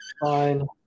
Fine